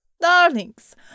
Darlings